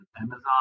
Amazon